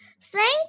Thank